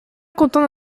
content